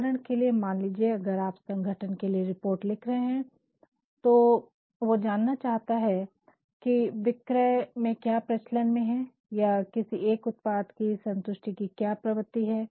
उदाहरण के लिए मान लीजिये अगर आप संगठन के लिए रिपोर्ट लिख रहे है जो जानना चाहता है की विक्रय में क्या प्रचलन में है या किसी एक उत्पाद की संतुष्टि की क्या प्रवत्ति है